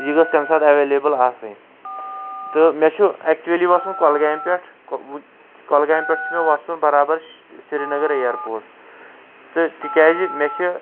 یہِ گٔژھ تَمہِ ساتہِ ایٚویلیبُل آسٕنۍ تہٕ مےٚ چھُ ایکچُؤلی وَسُن کۅلگامہِ پٮ۪ٹھ کُ کۅلگام پٮ۪ٹھٕ چھُ مےٚ وَسُن برابر سریٖنگر ایرپورٹ تہٕ تِکیازِ مےٚ چھِ